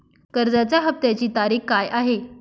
कर्जाचा हफ्त्याची तारीख काय आहे?